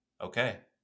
okay